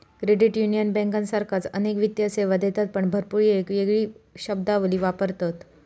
credit union बँकांसारखाच अनेक वित्तीय सेवा देतत पण भरपूर येळेक येगळी शब्दावली वापरतत